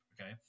Okay